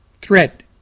threat